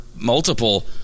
multiple